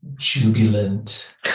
jubilant